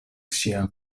ŝia